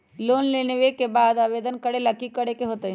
Loan लेबे ला आवेदन करे ला कि करे के होतइ?